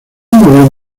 movió